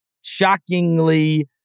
shockingly